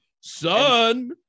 Son